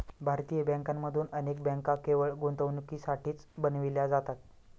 भारतीय बँकांमधून अनेक बँका केवळ गुंतवणुकीसाठीच बनविल्या जातात